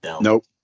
Nope